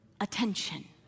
attention